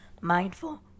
mindful